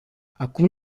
acum